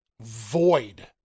void